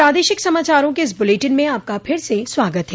प्रादेशिक समाचारों के इस बुलेटिन में आपका फिर से स्वागत है